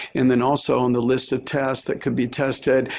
and then also on the list of tests that can be tested,